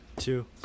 two